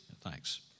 thanks